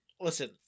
listen